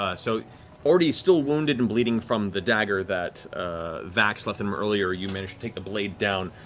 ah so already still wounded and bleeding from the dagger that vax left in him earlier, you manage to take the blade down,